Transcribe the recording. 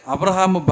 Abraham